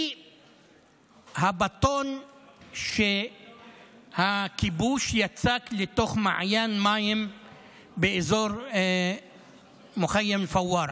היא הבטון שהכיבוש יצק לתוך מעיין מים באזור מוחאיים פווארה.